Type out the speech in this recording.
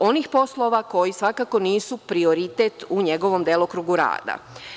onih poslova koji svakako nisu prioritet u njegovom delokrugu rada.